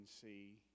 see